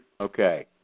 Okay